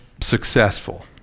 successful